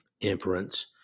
inference